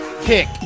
Kick